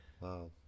Wow